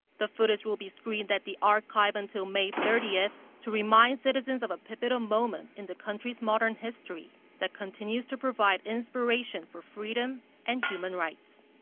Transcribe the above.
the footage will be screened at the archive until may thirtieth. to remind citizens of a pivotal moment in the country's modern history, that continues to provide inspiration for freedom and human rights.